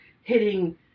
hitting